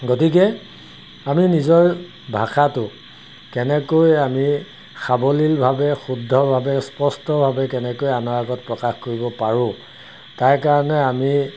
গতিকে আমি নিজৰ ভাষাটো কেনেকৈ আমি সাৱলীলভাৱে শুদ্ধভাৱে স্পষ্টভাৱে কেনেকৈ আনৰ আগত প্ৰকাশ কৰিব পাৰোঁ তাৰ কাৰণে আমি